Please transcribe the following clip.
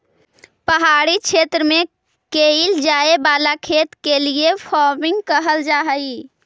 पहाड़ी क्षेत्र में कैइल जाए वाला खेत के हिल फार्मिंग कहल जा हई